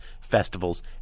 festivals